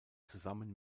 zusammen